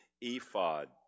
ephod